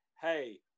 Hey